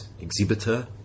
exhibitor